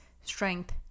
strength